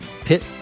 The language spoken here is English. pit